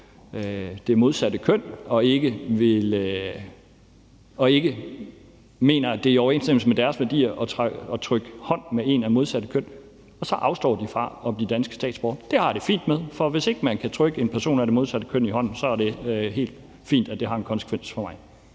det modsatte køn, ikke mener, at det er i overensstemmelse med deres værdier at trykke hånd med en af det modsatte køn, og så afstår fra at blive danske statsborgere. Det har jeg det fint med, for hvis man ikke kan trykke en person af det modsatte køn i hånden, er det helt fint med mig, at det har en konsekvens. Kl.